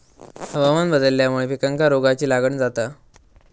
हवामान बदलल्यामुळे पिकांका रोगाची लागण जाता